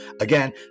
Again